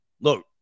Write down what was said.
Look